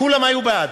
כולם היו בעד,